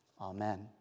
Amen